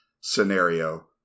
scenario